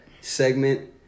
segment